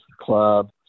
club